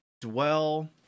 dwell